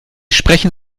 sprechen